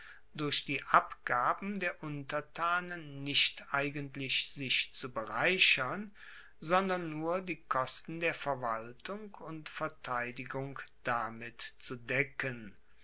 durch die abgaben der untertanen nicht eigentlich sich zu bereichern sondern nur die kosten der verwaltung und verteidigung damit zu decken